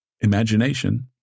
imagination